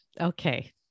Okay